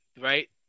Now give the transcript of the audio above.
right